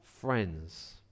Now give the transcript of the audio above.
friends